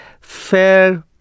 fair